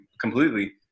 completely